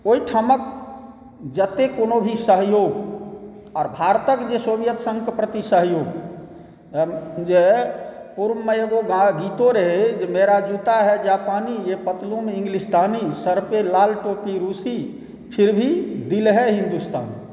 ओहिठामके जते कोनो भी सहयोग आओर भारतके जे सोवियत संघके प्रति सहयोग जे पूर्वमे एगो गान गीतो रहै जे मेरा जूता है जापानी ये पतलून इंगलिशतानी सर पे लाल टोपी रूसी फिर भी दिल है हिन्दुस्तानी